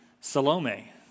Salome